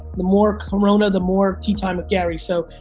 the more corona, the more teatime at gary's, so,